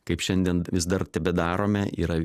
kaip šiandien vis dar tebedarome yra